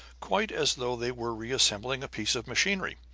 quite as though they were reassembling a piece of machinery.